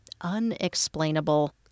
unexplainable